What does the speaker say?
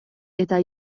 eta